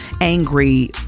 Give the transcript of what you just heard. angry